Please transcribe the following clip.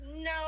no